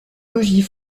logis